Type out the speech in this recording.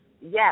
yes